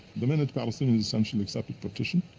the minute palestinians essentially accepted partition,